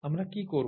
আমরা কী করব